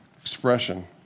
expression